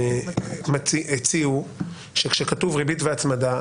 הם הציעו שכאשר כתוב ריבית והצמדה,